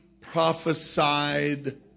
prophesied